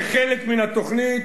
כחלק מן התוכנית,